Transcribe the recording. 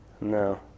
No